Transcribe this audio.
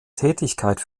tätigkeit